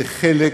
זה חלק